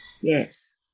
Yes